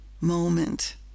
moment